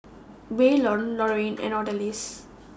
Waylon Lorin and Odalys